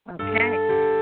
Okay